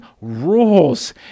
rules